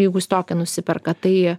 jeigu jis tokį nusiperka tai